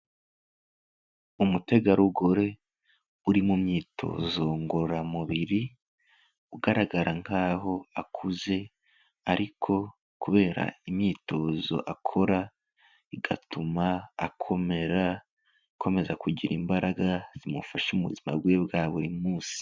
Umutegarugori uri mu myitozo ngororamubiri, ugaragara nk'aho akuze ariko kubera imyitozo akora igatuma akomera, akomeza kugira imbaraga zimufasha mu buzima bwe bwa buri munsi.